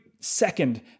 second